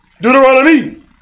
Deuteronomy